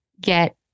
get